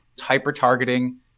hyper-targeting